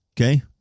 okay